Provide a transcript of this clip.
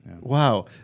wow